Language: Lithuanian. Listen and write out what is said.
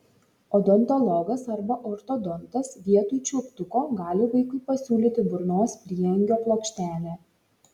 odontologas arba ortodontas vietoj čiulptuko gali vaikui pasiūlyti burnos prieangio plokštelę